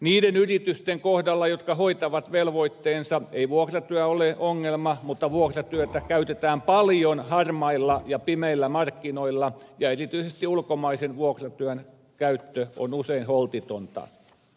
niiden yritysten kohdalla jotka hoitavat velvoitteensa ei vuokratyö ole ongelma mutta vuokratyötä käytetään paljon harmailla ja pimeillä markkinoilla ja erityisesti ulkomaisen vuokratyön käyttö on usein holtitonta